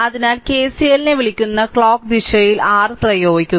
അതിനാൽ കെസിഎലിനെ വിളിക്കുന്ന ക്ലോക്ക് ദിശയിൽ r പ്രയോഗിക്കുക